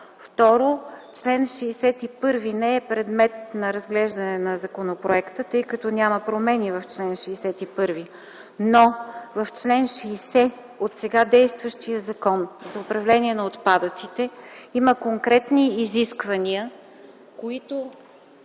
Второ, чл. 61 не е предмет на разглеждане на законопроекта, тъй като няма промени в него. Но в чл. 60 от сега действащия Закон за управление на отпадъците има конкретни изисквания, които